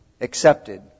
accepted